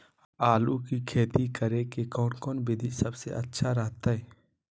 आलू की खेती करें के कौन कौन विधि सबसे अच्छा रहतय?